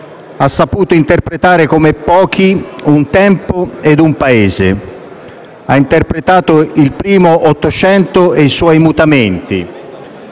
Ha saputo interpretare come pochi un tempo e un Paese. Ha interpretato il primo Ottocento e i suoi mutamenti.